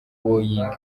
boeing